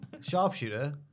sharpshooter